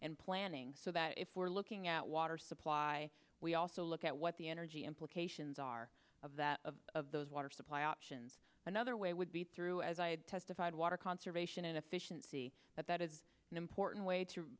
and planning so that if we're looking at water supply we also look at what the energy implications are of that of of those water supply options another way would be through as i had testified water conservation and efficiency that is an important way to